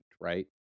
right